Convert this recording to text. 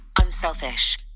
unselfish